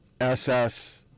SS